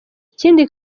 ikindi